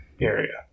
area